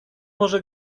może